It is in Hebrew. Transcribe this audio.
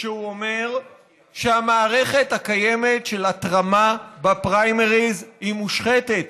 כשהוא אומר שהמערכת הקיימת של התרמה בפריימריז היא מושחתת.